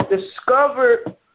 discovered